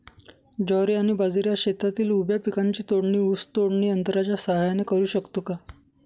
ज्वारी आणि बाजरी या शेतातील उभ्या पिकांची तोडणी ऊस तोडणी यंत्राच्या सहाय्याने करु शकतो का?